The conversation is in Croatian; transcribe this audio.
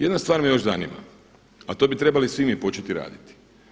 Jedna stvar me još zanima, a to bi trebali svi mi početi raditi.